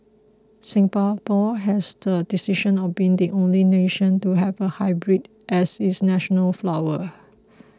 Singapore has the distinction of being the only nation to have a hybrid as its national flower